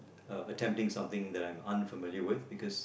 uh attempting something that I'm unfamiliar with because